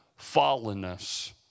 fallenness